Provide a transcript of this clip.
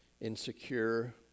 insecure